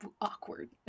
awkward